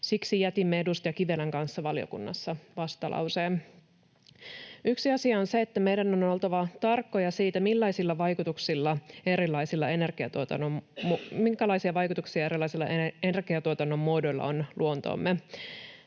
Siksi jätimme edustaja Kivelän kanssa valiokunnassa vastalauseen. Yksi asia on se, että meidän on oltava tarkkoja siitä, minkälaisia vaikutuksia erilaisilla energiatuotannon muodoilla on luontoomme.